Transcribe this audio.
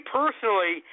personally